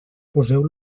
poseu